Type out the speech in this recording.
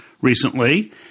recently